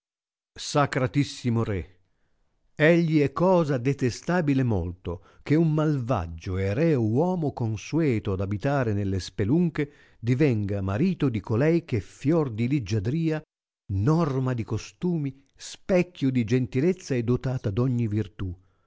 disse sacratissimo re egli è cosa detestabile molto che un malvaggio e reo uomo consueto ad abitare nelle spelunche divenga marito di colei eh è fior di liggiadria norma di costumi specchio di gentilezza e dotata d ogni virtù